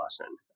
lesson